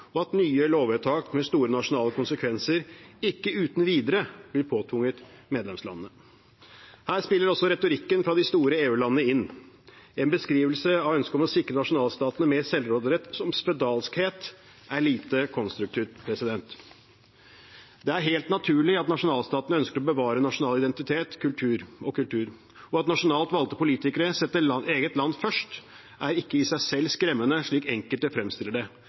og at nye lovvedtak med store nasjonale konsekvenser ikke uten videre blir påtvunget medlemslandene. Her spiller også retorikken fra de store EU-landene inn. En beskrivelse av ønsket om å sikre nasjonalstatene mer selvråderett som spedalskhet er lite konstruktivt. Det er helt naturlig at nasjonalstatene ønsker å bevare nasjonal identitet og kultur. At nasjonalt valgte politikere setter eget land først, er ikke i seg selv skremmende, slik enkelte fremstiller det.